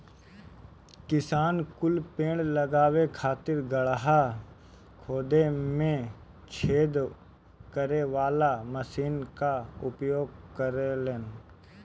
किसान कुल पेड़ लगावे खातिर गड़हा खोदे में छेद करे वाला मशीन कअ उपयोग करेलन